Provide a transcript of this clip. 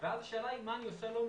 ואז השאלה מה אני עושה לו לכתחילה,